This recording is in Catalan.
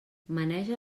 maneja